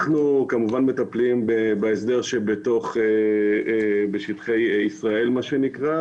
אנחנו כמובן מטפלים בהסדר במה שנקרא שטחי ישראל.